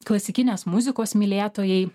klasikinės muzikos mylėtojai